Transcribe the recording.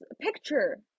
picture